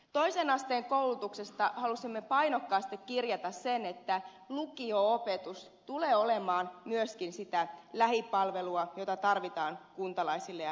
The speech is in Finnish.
toisen asteen koulutuksesta halusimme painokkaasti kirjata sen että lukio opetus tulee olemaan myöskin sitä lähipalvelua jota tarvitaan kuntalaisille ja nuorille